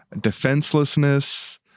defenselessness